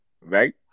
right